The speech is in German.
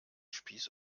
spieß